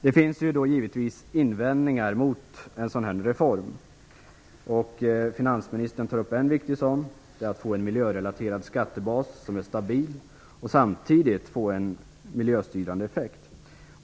Det finns givetvis invändningar mot en sådan här reform. Finansministern tar upp en viktig sådan, och det är att få en miljörelaterad skattebas som är stabil och samtidigt få en miljöstyrande effekt.